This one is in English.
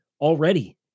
already